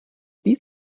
dies